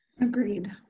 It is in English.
Agreed